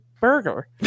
burger